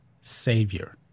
savior